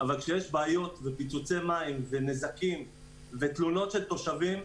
כשיש בעיות ופיצוצי מים ונזקים ותלונות של תושבים,